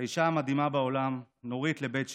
האישה המדהימה בעולם, נורית לבית שפר,